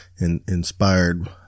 inspired